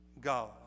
God